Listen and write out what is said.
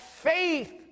Faith